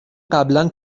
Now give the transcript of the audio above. قبلا